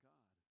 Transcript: God